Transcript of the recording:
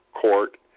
court